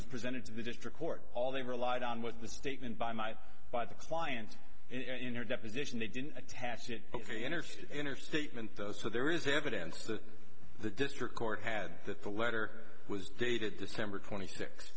was presented to the district court all they relied on was the statement by my by the client in her deposition they didn't attach an interest in her statement though so there is evidence that the district court had that the letter was dated december twenty six